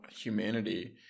humanity